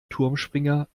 turmspringer